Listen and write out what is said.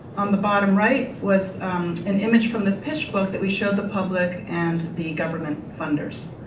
on the bottom right was an image from the pitch book that we showed the public and the government funders.